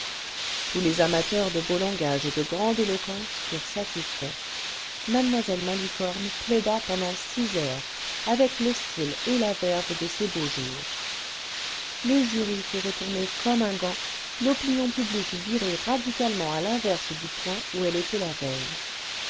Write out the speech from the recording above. tons les amateurs de beau langage et de grande éloquence furent satisfaits muu malicorne plaida pendant six heures avec le style et la verve cle ses beaux jours le jmy fut retourné comme un gant l'opinion publique virée radicalement à l'inverse du point où elle était la veille